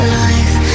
life